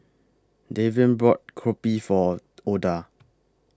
Davian bought Kopi For Oda